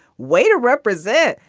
way to represent.